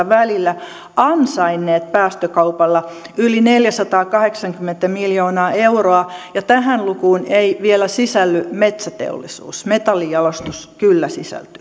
välillä ansainneet päästökaupalla yli neljäsataakahdeksankymmentä miljoonaa euroa ja tähän lukuun ei vielä sisälly metsäteollisuus metallijalostus kyllä